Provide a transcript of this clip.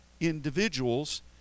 individuals